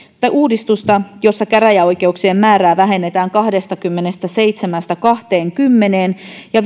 uudistusta jossa käräjäoikeuksien määrää vähennetään kahdestakymmenestäseitsemästä kahteenkymmeneen ja